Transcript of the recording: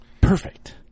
perfect